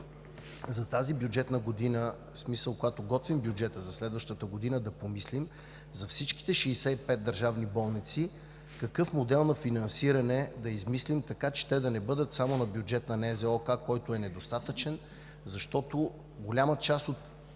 е въпросът, че можем, когато готвим бюджета за следващата година, да помислим за всичките 65 държавни болници какъв модел на финансиране да предложим, така че те да не бъдат само на бюджета на НЗОК, който е недостатъчен, защото голяма част от